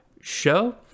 show